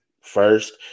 first